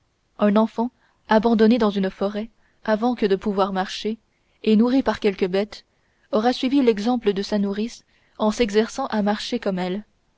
un enfant abandonné dans une forêt avant que de pouvoir marcher et nourri par quelque bête aura suivi l'exemple de sa nourrice en s'exerçant à marcher comme elle